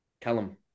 Callum